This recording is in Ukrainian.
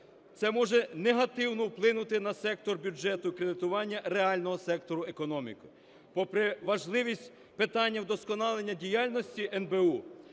це може негативно вплинути на сектор бюджетного кредитування реального сектору економіки. Попри важливість питання вдосконалення діяльності НБУ,